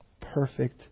perfect